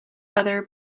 other